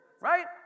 Right